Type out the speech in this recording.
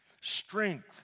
strength